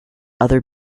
other